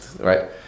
right